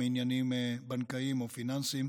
מעניינים בנקאיים או פיננסיים.